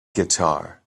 guitar